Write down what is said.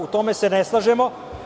U tome se ne slažemo.